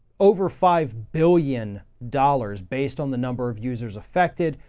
over five billion dollars based on the number of users affected.